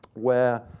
where,